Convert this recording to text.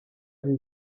avez